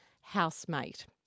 housemate